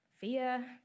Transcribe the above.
fear